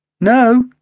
No